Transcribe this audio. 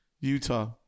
Utah